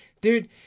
Dude